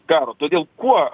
karo todėl kuo